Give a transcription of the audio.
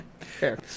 Fair